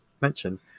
mention